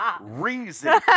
reason